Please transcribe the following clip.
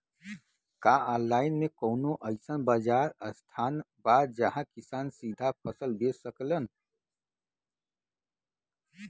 का आनलाइन मे कौनो अइसन बाजार स्थान बा जहाँ किसान सीधा फसल बेच सकेलन?